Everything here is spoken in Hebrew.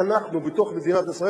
אין לי טענות כלפי סגן השר,